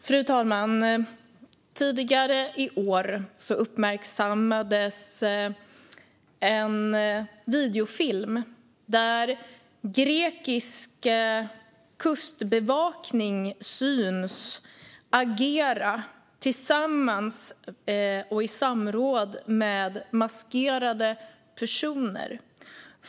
Fru talman! Tidigare i år uppmärksammades en videofilm där grekisk kustbevakning syns agera tillsammans med och i samråd med maskerade personer.